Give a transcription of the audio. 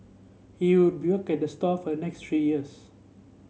he would at the store for a next three years